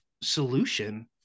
solution